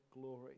glory